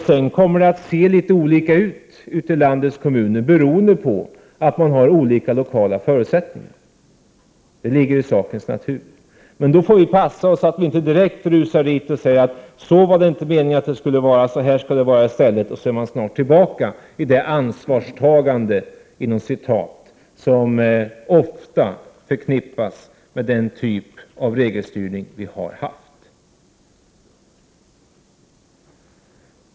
Sedan kommer det att se ut på litet olika sätt ute i landets kommuner beroende på att de har olika lokala förutsättningar. Det ligger i sakens natur. Men då får vi passa oss så att vi inte direkt rusar ut och säger: Så var det inte meningen att det skulle vara, utan det skall vara på det här sättet i stället. Då är man snabbt tillbaka i det ”ansvarstagande” som ofta förknippas med den typ av regelstyrning som vi haft.